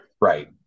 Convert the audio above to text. Right